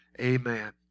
Amen